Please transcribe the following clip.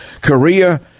Korea